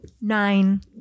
Nine